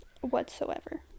whatsoever